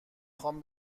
خوام